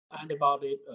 Antibody